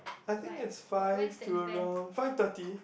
I think is five to around five thirty